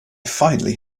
finally